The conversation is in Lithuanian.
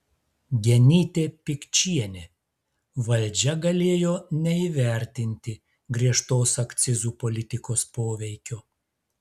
genytė pikčienė valdžia galėjo neįvertinti griežtos akcizų politikos poveikio